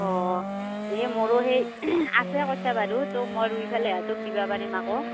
অঁ এই মোৰো সেই আছে কঠীয়া বাৰু তোক মই ৰুইফালেহে তোক দিবা পাৰিম আকৌ